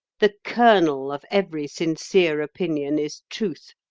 the kernel of every sincere opinion is truth.